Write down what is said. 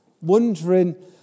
Wondering